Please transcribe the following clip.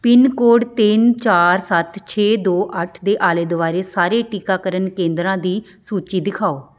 pin code ਤਿੰਨ ਚਾਰ ਸੱਤ ਛੇ ਦੋ ਅੱਠ ਦੇ ਆਲੇ ਦੁਆਲੇ ਸਾਰੇ ਟੀਕਾਕਰਨ ਕੇਂਦਰਾਂ ਦੀ ਸੂਚੀ ਦਿਖਾਓ